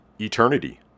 Eternity